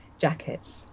jackets